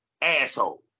asshole